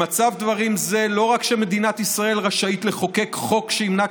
במצב דברים זה לא רק שמדינת ישראל רשאית לחוקק חוק שימנע את